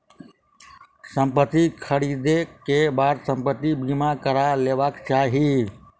संपत्ति ख़रीदै के बाद संपत्ति बीमा करा लेबाक चाही